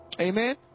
Amen